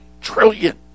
trillion